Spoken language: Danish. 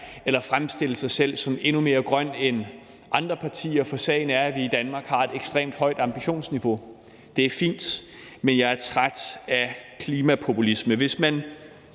eller fremstille sig selv som endnu mere grøn end andre partier, for sagen er, at vi i Danmark har et ekstremt højt ambitionsniveau. Det er fint, men jeg er træt af klimapopulisme.